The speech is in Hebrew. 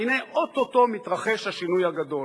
והנה או-טו-טו מתרחש השינוי הגדול.